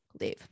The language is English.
leave